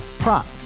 Prop